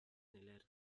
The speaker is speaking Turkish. nelerdi